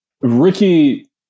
Ricky